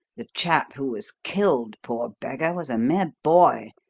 the chap who was killed, poor beggar, was a mere boy,